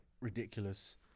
ridiculous